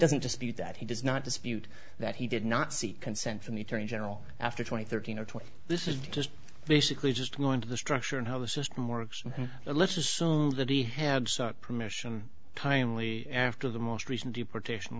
dispute that he does not dispute that he did not seek consent from the attorney general after twenty thirteen or twenty this is just basically just going to the structure and how the system works and let's assume that he had sought permission timely after the most recent deportation